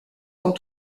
sans